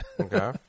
Okay